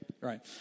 right